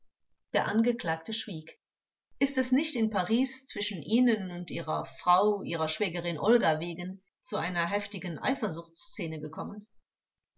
der angeklagte schwieg vors ist es nicht in paris zwischen ihnen und ihrer frau ihrer schwägerin olga wegen zu einer heftigen eifersuchtsszene gekommen